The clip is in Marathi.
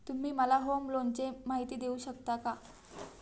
तुम्ही मला होम लोनची माहिती देऊ शकता का?